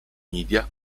media